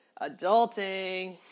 Adulting